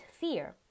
fear